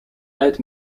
uit